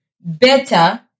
better